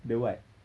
the what